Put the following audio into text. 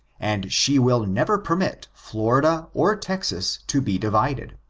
and she will never permit florida or texas to be divided.